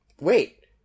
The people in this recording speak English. Wait